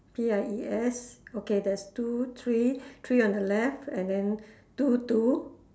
P I E S okay there's two three three on the left and then two two